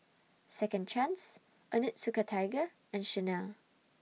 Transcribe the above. Second Chance Onitsuka Tiger and Chanel